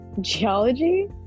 Geology